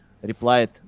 Replied